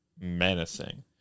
menacing